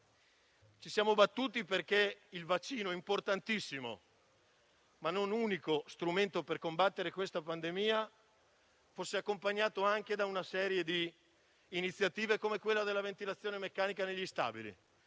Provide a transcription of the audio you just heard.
Ci siamo battuti perché il vaccino - importantissimo, ma non unico strumento per combattere questa pandemia - fosse accompagnato da una serie di iniziative, come la ventilazione meccanica negli stabili